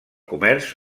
comerç